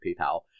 PayPal